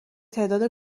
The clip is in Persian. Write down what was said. تعداد